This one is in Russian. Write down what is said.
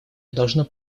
должно